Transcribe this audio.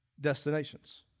destinations